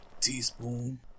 teaspoon